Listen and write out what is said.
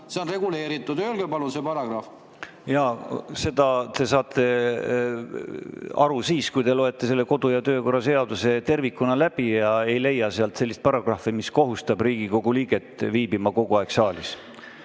see on reguleeritud. Öelge palun see paragrahv. Jaa! Sellest te saate aru siis, kui te loete kodu- ja töökorra seaduse tervikuna läbi ega leia sealt sellist paragrahvi, mis kohustab Riigikogu liiget viibima kogu aeg saalis.